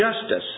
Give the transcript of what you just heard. Justice